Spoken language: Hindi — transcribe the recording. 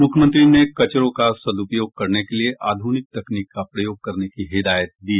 मुख्यमंत्री ने कचरों का सद्पयोग करने के लिए आधुनिक तकनीक का प्रयोग करने की हिदायत दी